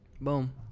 Boom